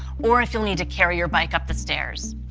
or if you'll need to carry your bike up the stairs.